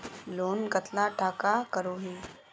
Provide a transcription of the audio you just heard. Loan कतला टाका करोही?